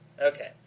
Okay